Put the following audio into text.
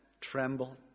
tremble